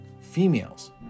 Females